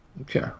Okay